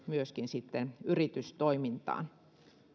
myöskin sitten yritystoimintaan